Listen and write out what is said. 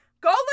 go